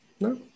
No